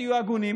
תהיו הגונים",